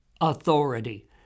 authority